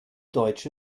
deutsche